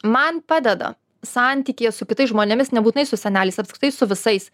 man padeda santykyje su kitais žmonėmis nebūtinai su seneliais apskritai su visais